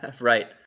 Right